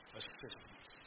assistance